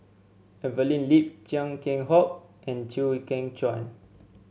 Evelyn Lip Chia Keng Hock and Chew Kheng Chuan